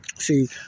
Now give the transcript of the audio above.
see